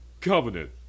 Covenant